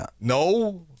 No